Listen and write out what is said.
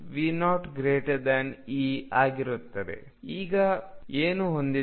ನಾವು ಈಗ ಏನು ಹೊಂದಿದ್ದೇವೆ